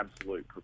absolute